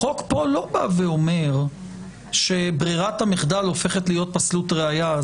החוק פה לא בא ואומר שברירת המחדל הופכת להיות פסלות ראיה.